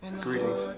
Greetings